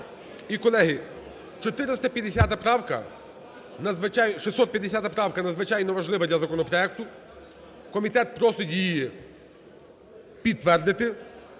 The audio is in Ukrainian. правка… 650 поправка надзвичайно важлива для законопроекту, комітет просить її підтвердити,